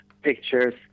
pictures